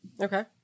Okay